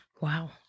Wow